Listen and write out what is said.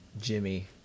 Jimmy